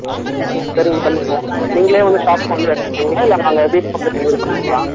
அப்படிங்களா சரிங்க மேடம் இப்போது நீங்களே வந்து ஷாப்க்கு வந்து எடுத்துக்கிறீங்களா இல்லை நாங்கள் வீட்டுக்கு வந்து டெலிவரி பண்ணணுங்களா